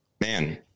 man